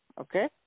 okay